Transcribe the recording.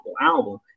album